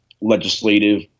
legislative